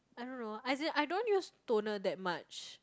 I don't know as in I don't use toner that much